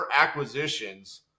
acquisitions